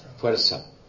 fuerza